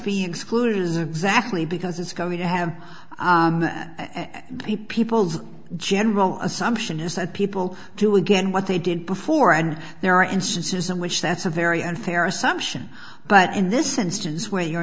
excluded is exactly because it's going to have the people's general assumption is that people do again what they did before and there are instances in which that's a very unfair assumption but in this instance where you're